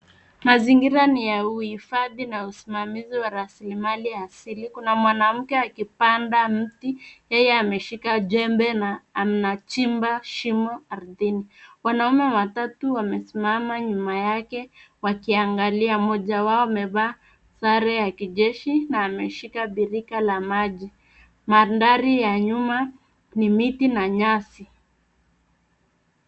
Mazingira ni ya uhifadhi na usimamizi wa rasilimali asili. Kuna mwanamke akipanda mti, yeye ameshika jembe na anachimba shimo ardhini. Wanaume watatu wamesimama nyuma yake wakiangalia. Mmoja wao amevaa sare ya kijeshi na ameshika birika la maji. Mandhari ya nyuma ni miti na nyasi.